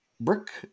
brick